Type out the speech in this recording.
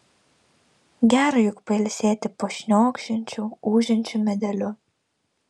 gera juk pailsėti po šniokščiančiu ūžiančiu medeliu